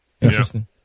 Interesting